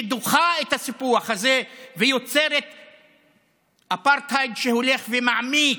שדוחה את הסיפוח הזה שיוצר אפרטהייד שהולך ומעמיק.